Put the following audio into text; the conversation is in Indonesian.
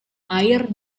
air